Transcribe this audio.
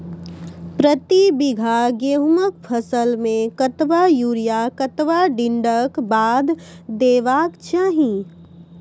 प्रति बीघा गेहूँमक फसल मे कतबा यूरिया कतवा दिनऽक बाद देवाक चाही?